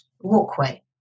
walkway